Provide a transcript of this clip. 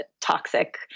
toxic